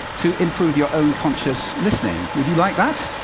to improve your own conscious listening. would you like that?